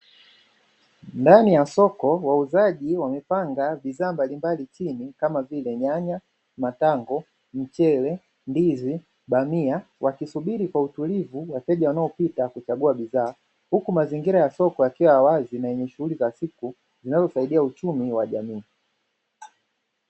Ndani ya soko wauzaji wamepanga bidhaa mbalimbali chini kama vile nyanya, matango, mchele, ndizi, bamia wakisubiri kwa utulivu wateja wanaopita kuchagua bidhaa huku mazingira ya soko yakiwa wazi na yenye shughuli za siku linalosaidia uchumi wa jamii.